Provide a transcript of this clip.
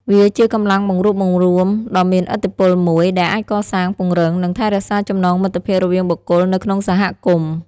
វាជាកម្លាំងបង្រួបបង្រួមដ៏មានឥទ្ធិពលមួយ ដែលអាចកសាង ពង្រឹង និងថែរក្សាចំណងមិត្តភាពរវាងបុគ្គលនៅក្នុងសហគមន៍។